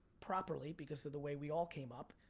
properly, because of the way we all came up,